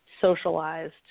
socialized